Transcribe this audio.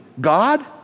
God